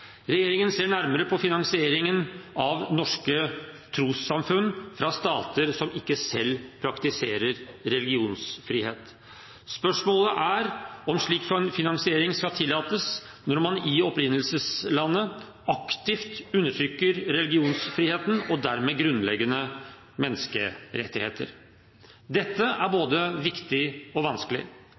Regjeringen ser nærmere på finansieringen av norske trossamfunn gitt av stater som ikke selv praktiserer religionsfrihet. Spørsmålet er om slik finansiering skal tillates når man i opprinnelseslandet aktivt undertrykker religionsfriheten og dermed grunnleggende menneskerettigheter. Dette er både viktig og vanskelig